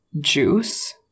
juice